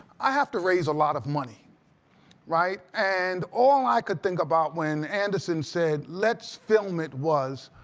i have to raise a lot of money right? and all i could think about when anderson said, let's film it, was,